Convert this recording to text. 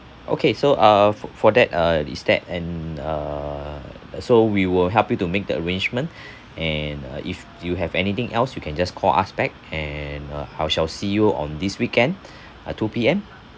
okay so uh for for that uh is that and uh so we will help you to make the arrangement and uh if you have anything else you can just call us back and uh I shall see you on this weekend uh two P_M